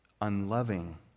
unloving